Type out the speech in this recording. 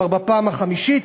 כבר בפעם החמישית,